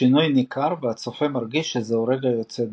השינוי ניכר והצופה מרגיש שזהו רגע יוצא דופן.